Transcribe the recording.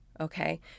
okay